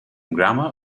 grammar